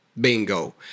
Bingo